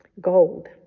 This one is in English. gold